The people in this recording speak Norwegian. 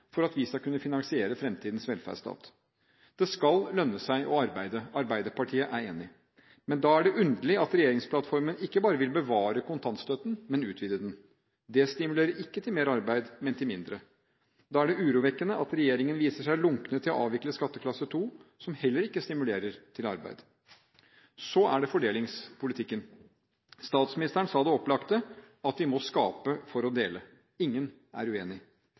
for at vi skal kunne finansiere fremtidens velferdsstat. Det skal lønne seg å arbeide – Arbeiderpartiet er enig. Da er det underlig at regjeringsplattformen ikke bare vil bevare kontantstøtten, men utvide den. Det stimulerer ikke til mer arbeid, men til mindre. Da er det urovekkende at regjeringen viser seg lunken til å avvikle skatteklasse 2, som heller ikke stimulerer til arbeid. Så er det fordelingspolitikken. Statsministeren sa det opplagte, at vi må skape for å dele. Ingen er